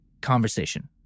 conversation